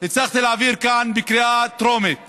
הצלחתי להעביר כאן בקריאה טרומית